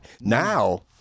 now